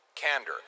candor